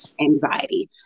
anxiety